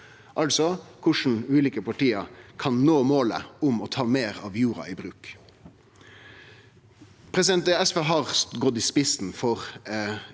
altså korleis ulike parti kan nå målet om å ta meir av jorda i bruk.